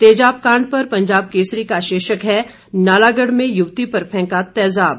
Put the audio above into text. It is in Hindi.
तेजाब कांड पर पंजाब केसरी का शीर्षक है नालागढ़ में युवती पर फेंका तेजाब